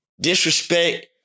Disrespect